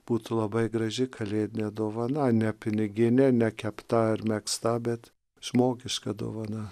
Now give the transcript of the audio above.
būtų labai graži kalėdinė dovana ne piniginė ne kepta ar megzta bet žmogiška dovana